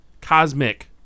Cosmic